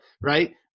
right